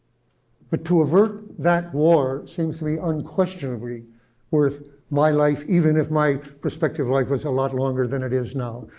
but to avert that war seems to be unquestionably worth my life, even if my prospective life was a lot longer than it is now.